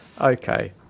okay